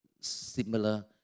similar